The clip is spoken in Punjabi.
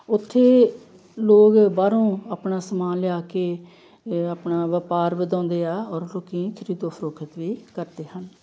ਉੱਥੇ ਲੋਕ ਬਾਹਰੋਂ ਆਪਣਾ ਸਾਮਾਨ ਲਿਆ ਕੇ ਆਪਣਾ ਵਪਾਰ ਵਧਾਉਂਦੇ ਆ ਔਰ ਲੋਕੀ ਖਰੀਦੋ ਫ਼ਰੋਖ਼ਤ ਵੀ ਕਰਦੇ ਹਨ